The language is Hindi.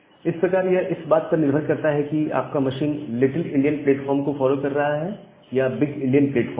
इस प्रकार यह इस बात पर निर्भर करता है कि आपका मशीन लिटिल इंडियन प्लेटफार्म को फॉलो कर रहा है या बिग इंडियन प्लेटफार्म को